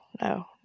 no